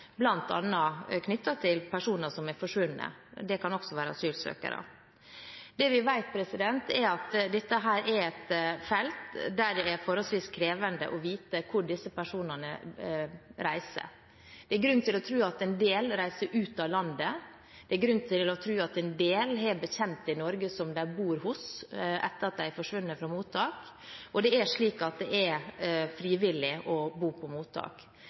være asylsøkere. Det vi vet, er at dette er et felt der det er forholdsvis krevende å vite hvor disse personene reiser. Det er grunn til å tro at en del reiser ut av landet. Det er grunn til å tro at en del har bekjente i Norge, som de bor hos etter at de har forsvunnet fra mottak – og det er frivillig å bo på mottak. En utredning er i gang for å se nærmere på